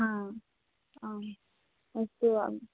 आ आम् अस्तु आम्